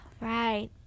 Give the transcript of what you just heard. right